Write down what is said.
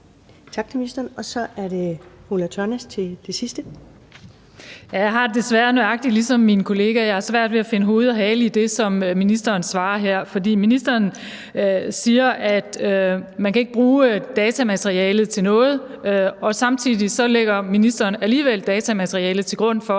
Jeg har det desværre nøjagtig ligesom min kollega. Jeg har svært ved at finde hoved og hale i det, som ministeren svarer her, for ministeren siger, at man ikke kan bruge datamateriale til noget, og samtidig lægger ministeren alligevel datamateriale til grund for,